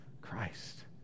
Christ